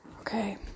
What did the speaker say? Okay